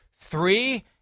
Three